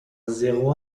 zéro